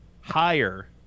higher